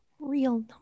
real